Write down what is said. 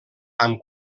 amb